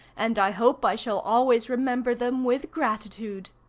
and i hope i shall always remember them with gratitude.